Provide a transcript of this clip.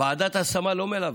ועדת השמה לא מלווה,